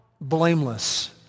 blameless